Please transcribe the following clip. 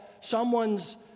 someone's